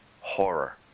Horror